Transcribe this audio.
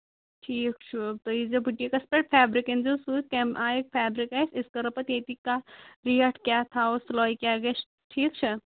ٹھیٖک چھُ تُہۍ ییٖزیٚو بُٹیٖکَس پٮ۪ٹھ فیبرِک أنۍزیٚو سۭتۍ کَمہِ آیِکۍ فیبرِک آسہِ أسۍ کرو پَتہٕ ییٚتی کانٛہہ ریٹ کیٛاہ تھاوَو سِلٲے کیٛاہ گژھِ ٹھیٖک چھا